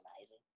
amazing